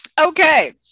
Okay